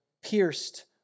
pierced